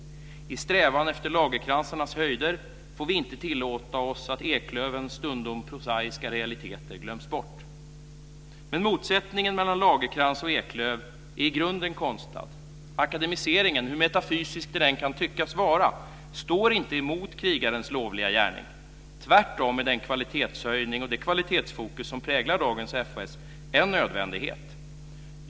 I strävan efter lagerkransarnas höjder får vi inte tillåta oss att eklövens stundom prosaiska realiteter glöms bort. Men motsättningen mellan lagerkrans och eklöv är i grunden konstlad. Akademiseringen - hur metafysisk den än kan tyckas vara - står inte mot "krigarens lovliga gärning". Tvärtom är den kvalitetshöjning och det kvalitetsfokus som präglar Försvarshögskolan i dag en nödvändighet.